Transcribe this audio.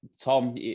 Tom